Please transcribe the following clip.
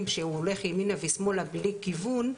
שהוא הולך ימינה ושמאלה בלי כיוון,